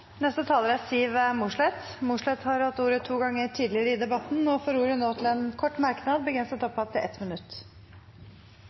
Siv Mossleth har hatt ordet to ganger tidligere og får ordet til en kort merknad, begrenset